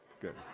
good